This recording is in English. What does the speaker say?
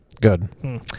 Good